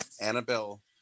Annabelle